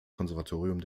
konservatorium